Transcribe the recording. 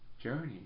journey